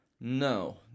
No